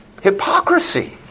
Hypocrisy